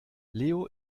leo